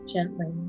gently